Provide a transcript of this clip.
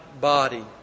body